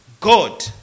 God